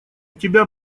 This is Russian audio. тебя